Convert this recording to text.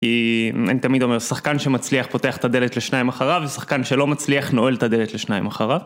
כי, אני תמיד אומר, שחקן שמצליח פותח את הדלת לשניים אחריו ושחקן שלא מצליח נועל את הדלת לשניים אחריו.